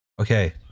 Okay